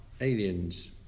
aliens